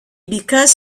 because